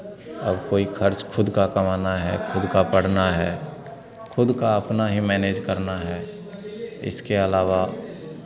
और कोई खर्च खुद का कमाना है खुद का पढ़ना है खुद का अपना ही मैनेज करना है इसके अलावा